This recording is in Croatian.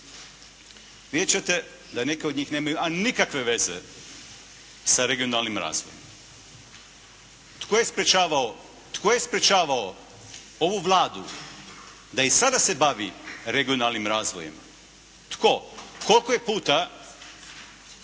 ćete da neki od njih nemaju a nikakve veze sa regionalnim razvojem. Tko je sprečavao, tko je sprečavao ovu Vladu da i sada se bavi regionalnim razvojem? Tko, koliko je puta